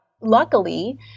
luckily